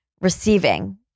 receiving